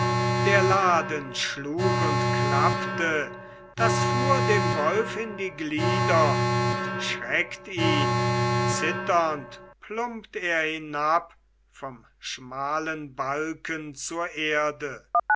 der laden schlug und klappte das fuhr dem wolf in die glieder und schreckt ihn zitternd plumpt er hinab vom schmalen balken zur erde